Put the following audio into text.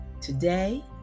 Today